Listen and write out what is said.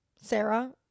Sarah